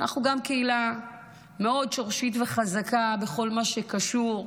אנחנו גם קהילה מאוד שורשית וחזקה בכל מה שקשור,